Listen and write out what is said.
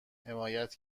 حمایت